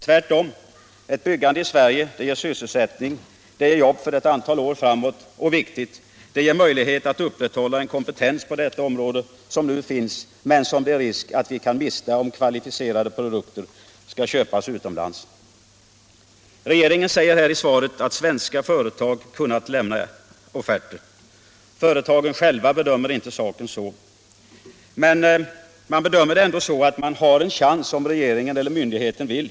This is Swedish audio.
Tvärtom ger ett byggande i Sverige jobb för ett antal år framöver och — vilket är viktigt — möjligheter att upprätthålla en kompetens på detta område som nu finns men som det är risk att vi kan mista om kvalificerade produkter skall köpas utomlands. Regeringen säger i sitt svar att svenska företag kunnat lämna offerter. Företagen själva bedömer inte saken så, men de menar sig ändå ha en chans om regeringen eller myndigheten så vill.